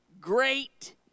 great